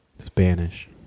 spanish